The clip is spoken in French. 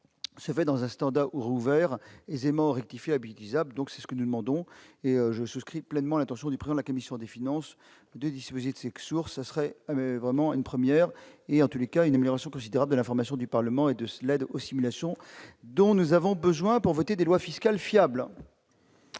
vrai dans un standard ouvert aisément rectifier Abidi zappe, donc c'est ce que nous demandons et je souscris pleinement l'intention du prix, la commission des finances de disposer de ces Ksours, ce serait vraiment une première et en tous les cas une amélioration considérable de la formation du Parlement et de cela d'eau simulation dont nous avons besoin pour voter des lois fiscales fiables.